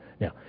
now